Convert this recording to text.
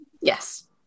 Yes